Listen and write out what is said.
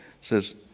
says